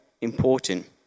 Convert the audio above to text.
important